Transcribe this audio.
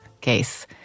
case